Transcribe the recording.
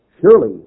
Surely